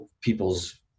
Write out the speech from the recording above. people's